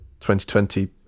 2020